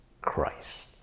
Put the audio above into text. Christ